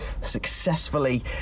successfully